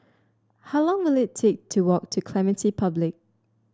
how long will it take to walk to Clementi Public